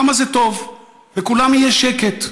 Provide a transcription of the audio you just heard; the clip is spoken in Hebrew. כמה זה טוב, לכולם יהיה שקט.